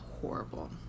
horrible